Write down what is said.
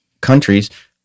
countries